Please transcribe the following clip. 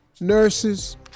nurses